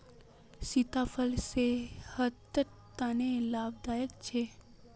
सीताफल सेहटर तने लाभदायक छे